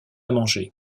manger